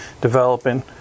developing